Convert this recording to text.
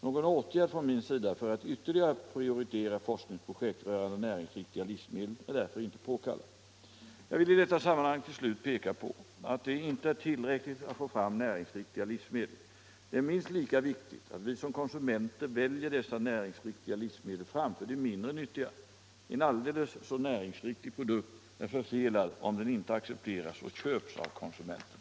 Någon åtgärd från min sida för att ytterligare prioritera forskningsprojekt rörande näringsriktiga livsmedel är därför inte påkallad. Jag vill i detta sammanhang till slut peka på att det inte är tillräckligt att få fram näringsriktiga livsmedel. Det är minst lika viktigt att vi som konsumenter väljer dessa näringsriktiga livsmedel framför de mindre nyttiga. En aldrig så näringsriktig produkt är förfelad om den inte accepteras och köps av konsumenterna.